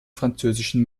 französischen